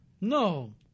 No